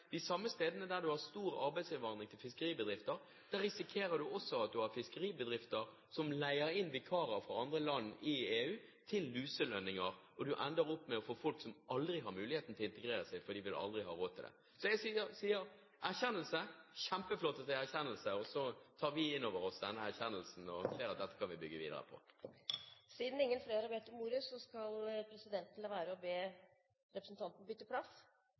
fiskeribedrifter leier inn vikarer fra andre land i EU til luselønninger, og man ender opp med å få folk som aldri har muligheten til å integrere seg, for de vil aldri ha råd til det. Så jeg sier: erkjennelse – kjempeflott at det er en erkjennelse, og så tar vi inn over oss den erkjennelsen og ser at dette kan vi bygge videre på. Siden ingen flere har bedt om replikk, skal presidenten la være å be representantene bytte plass.